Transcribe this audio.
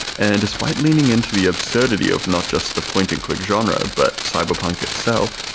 and despite leaning into the absurdity of not just the point in click genre, but cyberpunk itself,